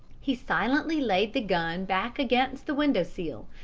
he silently laid the gun back against the window-sill,